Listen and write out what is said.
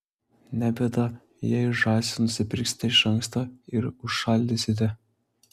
ne bėda jei žąsį nusipirksite iš anksto ir užšaldysite